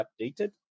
updated